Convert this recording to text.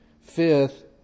fifth